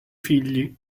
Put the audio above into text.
figli